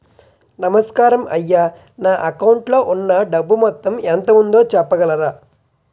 నమస్కారం అయ్యా నా అకౌంట్ లో ఉన్నా డబ్బు మొత్తం ఎంత ఉందో చెప్పగలరా?